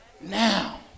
now